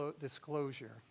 disclosure